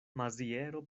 maziero